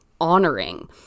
honoring